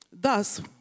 Thus